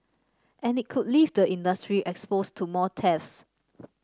and it could leave the industry exposed to more thefts